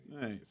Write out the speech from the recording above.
Nice